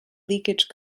leakage